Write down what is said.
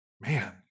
man